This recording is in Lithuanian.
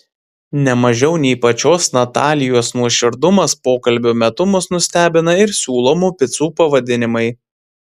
ne mažiau nei pačios natalijos nuoširdumas pokalbio metu mus nustebina ir siūlomų picų pavadinimai